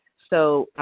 so,